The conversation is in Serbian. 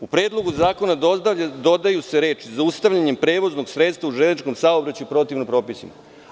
U Predlogu zakona dodaju se reči: „zaustavljanjem prevoznog sredstva u železničkom saobraćaju protivno propisima“